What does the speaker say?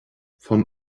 von